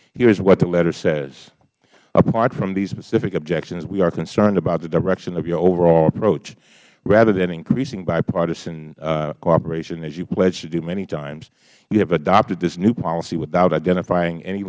here's what the letter says apart from these specific objections we are concerned about the direction of your overall approach rather than increasing bipartisan cooperation as you pledged to do many times you have adopted this new policy without identifying any